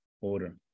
order